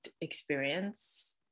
experience